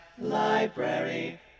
Library